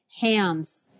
Ham's